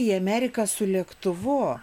į ameriką su lėktuvu